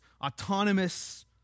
autonomous